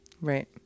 Right